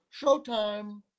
showtime